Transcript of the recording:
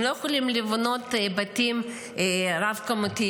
הם לא יכולים לבנות בתים רב-קומתיים,